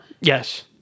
Yes